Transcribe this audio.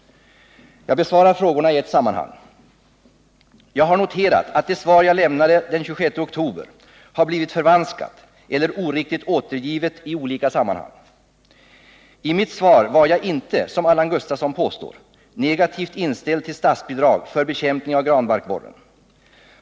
Jag besvarar frågorna i ett sammanhang. Jag har noterat att det svar jag lämnade den 26 oktober har blivit förvanskat eller oriktigt återgivet i olika sammanhang. I mitt svar var jag inte, som Allan Gustafsson påstår, negativt inställd till statsbidrag för bekämpning av granbarkborren.